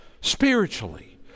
spiritually